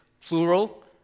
plural